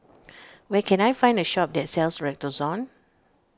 where can I find a shop that sells Redoxon